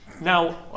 Now